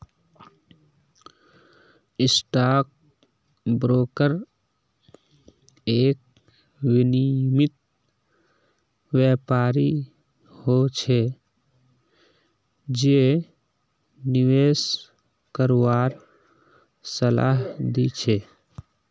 stock broker एक विनियमित व्यापारी हो छै जे निवेश करवार सलाह दी छै